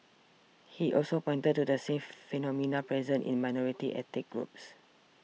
he also pointed to the same phenomena present in minority ethnic groups